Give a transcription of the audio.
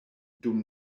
dum